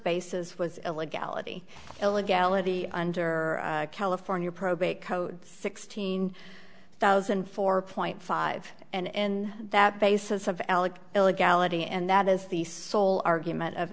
basis was illegality illegality under california probate code sixteen thousand four point five and in that basis of alec illegality and that is the sole argument of